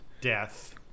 Death